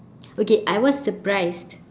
okay I was surprised